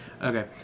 Okay